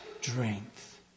strength